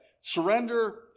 surrender